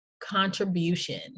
contribution